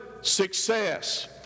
success